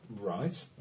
Right